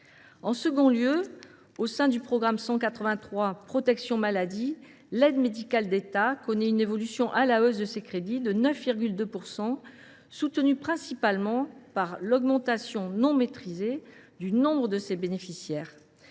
En second lieu, au sein du programme 183 « Protection maladie », l’aide médicale de l’État connaît une hausse de ses crédits de 9,2 %, principalement soutenue par l’augmentation non maîtrisée du nombre de ses bénéficiaires.